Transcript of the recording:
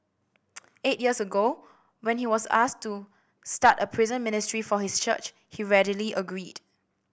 eight years ago when he was asked to start a prison ministry for his church he readily agreed